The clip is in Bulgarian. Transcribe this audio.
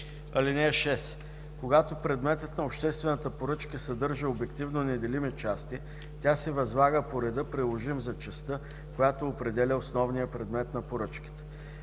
Закона. (6) Когато предметът на обществена поръчка съдържа обективно неделими части, тя се възлага по реда, приложим за частта, която определя основния предмет на поръчката.